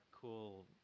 cool